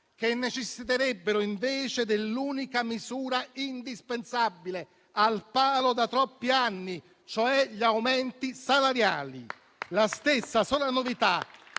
che necessiterebbero invece dell'unica misura indispensabile, al palo da troppi anni, e cioè gli aumenti salariali. La sola novità